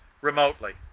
remotely